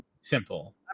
simple